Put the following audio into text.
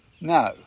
no